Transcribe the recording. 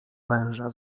węża